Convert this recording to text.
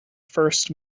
first